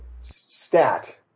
stat